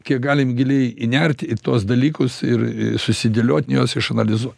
kiek galim giliai įnerti į tuos dalykus ir susidėliot juos išanalizuot